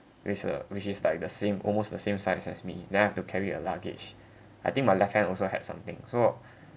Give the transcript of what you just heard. which uh which is like the same almost the same size as me then I have to carry a luggage I think my left hand also had something so